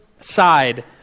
side